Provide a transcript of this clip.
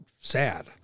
sad